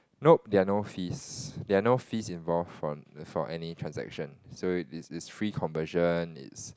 nope there are no fees there are no fees involved for for any transaction so it's it's free conversion it's